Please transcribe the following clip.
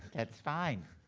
that's fine.